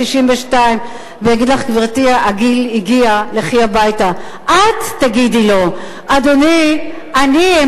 תודה רבה לך, גברתי היושבת-ראש, אדוני השר,